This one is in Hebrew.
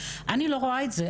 אני לא רואה את זה,